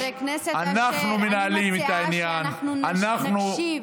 מחודש, חבר הכנסת אשר, אני מציעה שאנחנו נקשיב.